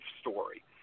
story